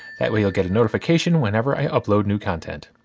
that way you'll get a notification whenever i upload new content.